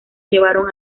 llevaron